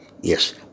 Yes